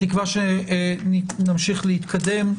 בתקווה שנמשיך להתקדם.